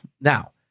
Now